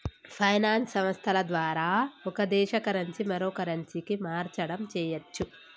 finance సంస్థల ద్వారా ఒక దేశ కరెన్సీ మరో కరెన్సీకి మార్చడం చెయ్యచ్చు